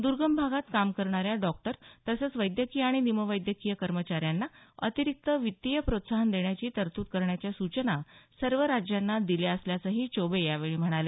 दर्गम भागात काम करणाऱ्या डॉक्टर तसंच वैद्यकीय आणि निम वैद्यकीय कर्मचाऱ्यांना अतिरिक्त वित्तीय प्रोत्साहन देण्याची तरतूद करण्याच्या सूचना सर्व राज्यांना दिल्या असल्याचंही चौबे यावेळी म्हणाले